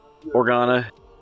Organa